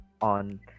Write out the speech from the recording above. on